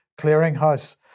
Clearinghouse